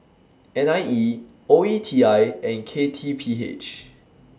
N I E O E T I and K T P H